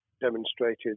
demonstrated